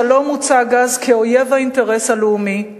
השלום הוצג אז כאויב האינטרס הלאומי,